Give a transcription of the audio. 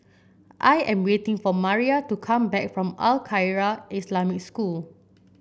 I am waiting for Maria to come back from Al Khairiah Islamic School